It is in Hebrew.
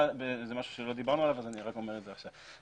זה משהו שלא דיברנו עליו ואני אומר את זה עכשיו.